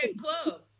club